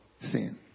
Sin